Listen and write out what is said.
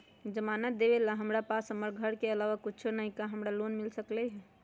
जमानत देवेला हमरा पास हमर घर के अलावा कुछो न ही का हमरा लोन मिल सकई ह?